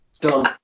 Done